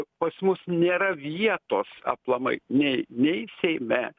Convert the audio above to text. pas mus nėra vietos aplamai nei nei seime